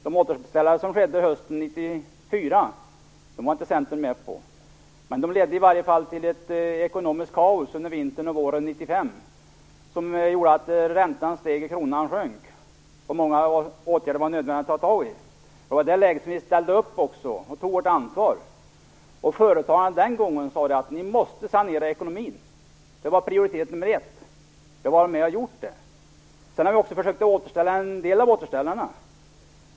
De återställare som skedde hösten 1994 var inte Centerns med på. Men de ledde i varje fall till ett ekonomiskt kaos under vintern och våren 1995, som gjorde att räntan steg och kronan sjönk. Många åtgärder var nödvändiga. I det läget ställde vi upp och tog ett ansvar. Företagen sade den gången: Ni måste sanera ekonomin. Det var prioritet nummer 1. Nu har vi varit med och gjort det. Sedan har vi försökt att återställa en del av återställarna.